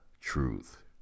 truth